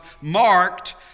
marked